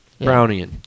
Brownian